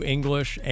English